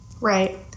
right